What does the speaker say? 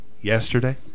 yesterday